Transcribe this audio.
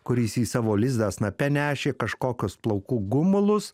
kuris į savo lizdą snape nešė kažkokius plaukų gumulus